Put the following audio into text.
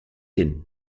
hin